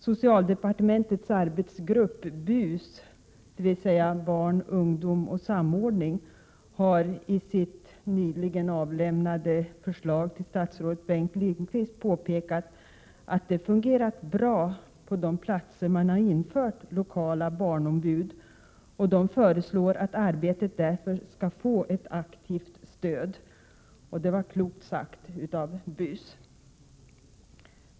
Socialdepartmentets arbetsgrupp BUS — barn-ungdom-samordning — har i sitt nyligen till statsrådet Bengt Lindqvist avlämnade förslag påpekat att det fungerat bra på de platser där man har infört lokala barnombud, och gruppen föreslår att arbetet därför skall få ett aktivt stöd. Det var klokt sagt av BUS.